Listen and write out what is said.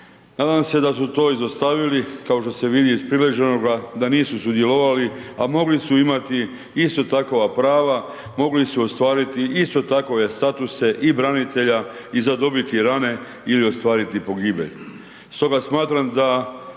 Nadam se da su to izostavili kao što se vidi iz priloženoga da nisu sudjelovali, a mogli su imati ista takva prava, mogli su ostvariti isto takve statuse i branitelja i zadobiti rane ili ostvariti pogibelj.